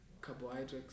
carbohydrates